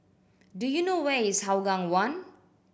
do you know where is Hougang One